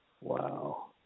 Wow